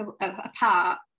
apart